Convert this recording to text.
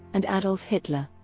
and adolf hitler.